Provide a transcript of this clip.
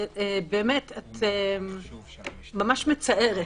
ממש מצערת.